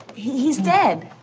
he's dead